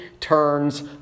turns